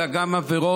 אלא גם בעבירות,